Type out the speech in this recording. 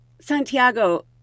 Santiago